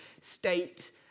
state